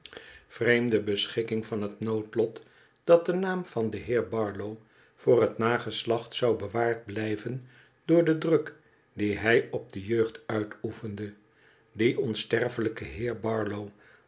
vreemde beschikking van het noodlot dat de naam van den heer barlow voor het nageslacht zou bewaard blijven door den druk die hij op de jeugd uitoefende die onsterfelijke beer barlow